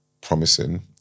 promising